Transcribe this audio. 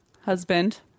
husband